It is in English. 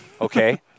okay